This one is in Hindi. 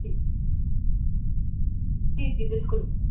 जी जी जी बिल्कुल मेडम